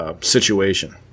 situation